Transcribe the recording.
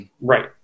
Right